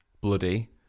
bloody